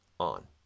On